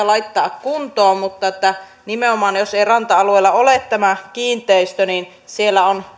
laittaa kuntoon mutta nimenomaan jos ei ranta alueella ole tämä kiinteistö niin on